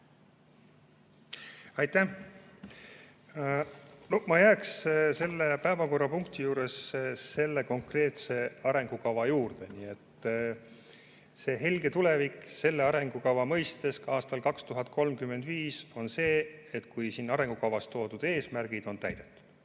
Aitäh! Ma jääksin selle päevakorrapunkti puhul selle konkreetse arengukava juurde. Helge tulevik selle arengukava mõistes, ka aastal 2035, on see, kui selles arengukavas seatud eesmärgid on täidetud.